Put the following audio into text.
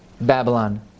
Babylon